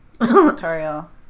tutorial